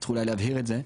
וצריך אולי להבהיר את זה.